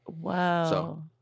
Wow